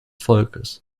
volkes